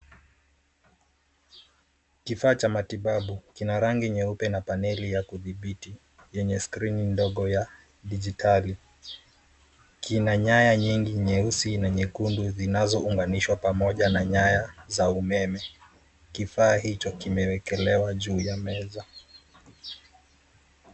Kifaa cha matibabu kina rangi nyeupe na paneli ya kudhibiti yenye skrini ndogo ya dijitali. Kina nyaya nyingi nyeusi na nyekundu zinazounganishwa pamoja na nyaya za umeme. Kifaa hicho kimewekelewa juu ya meza.